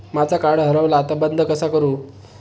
माझा कार्ड हरवला आता बंद कसा करू?